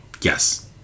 yes